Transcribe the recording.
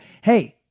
Hey